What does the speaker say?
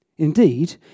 Indeed